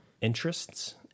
interests